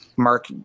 Mark